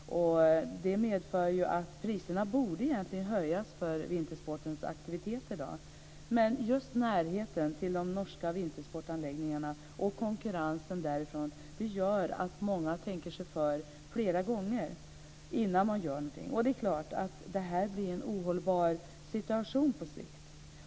Priserna borde egentligen höjas för vintersportens aktiviteter. Men just närheten till de norska vintersportanläggningarna och konkurrensen därifrån gör att många tänker sig för flera gånger innan de gör någonting. Det blir en ohållbar situation på sikt.